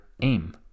aim